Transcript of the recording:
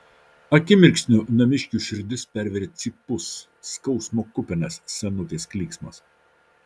akimirksniu namiškių širdis pervėrė cypus skausmo kupinas senutės moters klyksmas